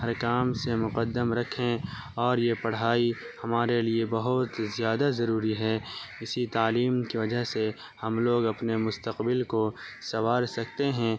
ہر کام سے مقدم رکھیں اور یہ پڑھائی ہمارے لیے بہت زیادہ ضروری ہے اسی تعلیم کی وجہ سے ہم لوگ اپنے مستقبل کو سنوار سکتے ہیں